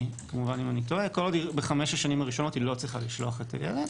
כמובן אם אני טועה היא לא צריכה לשלוח את הילד.